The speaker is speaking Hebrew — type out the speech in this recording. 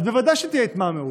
אז בוודאי שתהיה התמהמהות.